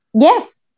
Yes